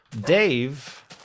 Dave